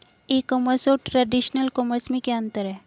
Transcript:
ई commerce और traditional commerce में क्या अंतर है?